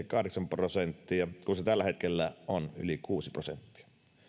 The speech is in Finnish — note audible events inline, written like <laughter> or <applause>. <unintelligible> kahdeksan prosenttia kun se tällä hetkellä on yli kuusi prosenttia